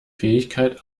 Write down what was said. fähigkeit